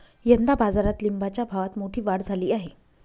यंदा बाजारात लिंबाच्या भावात मोठी वाढ झाली आहे